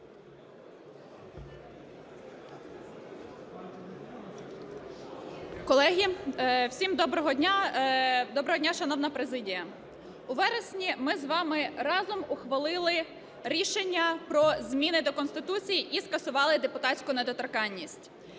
Колеги, всім доброго дня! Доброго дня, шановна президія! У вересні ми з вами разом ухвалили рішення про зміни до Конституції і скасували депутатську недоторканність.